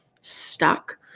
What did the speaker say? stuck